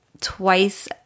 twice